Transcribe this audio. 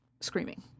Screaming